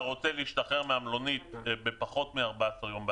אם אתה רוצה להשתחרר מהמלונית פחות מ-14 יום,